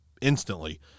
instantly